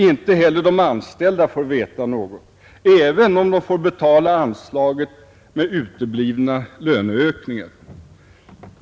Inte heller de anställda får veta något, även om de får betala anslaget med uteblivna löneökningar.